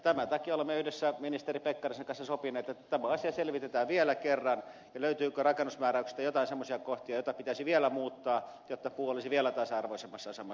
tämän takia olemme yhdessä ministeri pekkarisen kanssa sopineet että tämä asia selvitetään vielä kerran löytyykö rakennusmääräyksistä jotain sellaisia kohtia joita pitäisi vielä muuttaa jotta puu olisi vielä tasa arvoisemmassa asemassa